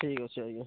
ଠିକ୍ ଅଛି ଆଜ୍ଞା